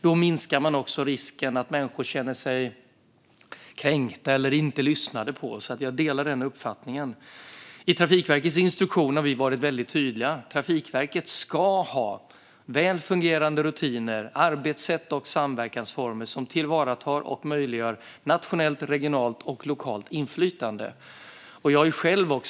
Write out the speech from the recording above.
Då minskar också risken för att människor känner sig kränkta eller inte lyssnade på. Jag delar den uppfattningen. I instruktionen till Trafikverket har vi varit väldigt tydliga. Trafikverket ska ha väl fungerande rutiner, arbetssätt och samverkansformer som tillvaratar och möjliggör nationellt, regionalt och lokalt inflytande.